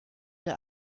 der